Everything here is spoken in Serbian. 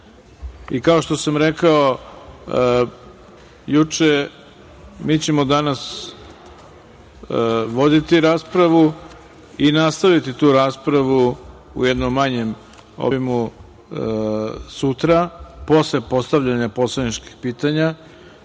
što sam rekao juče, mi ćemo danas voditi raspravu i nastaviti tu raspravu u jednom manjem obimu sutra posle postavljanja poslaničkih pitanja,